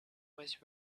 was